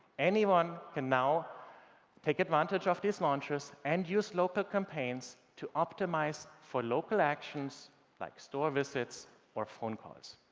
anyone can now take advantages of the launches and use local campaigns to optimize for local actions like store visits or phone calls.